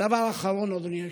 ודבר אחרון, אדוני היושב-ראש: